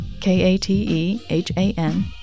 k-a-t-e-h-a-n